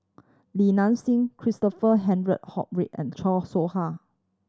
Li Nanxing Christopher Henry and Chan Soh Ha